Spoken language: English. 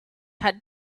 had